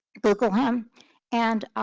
google him and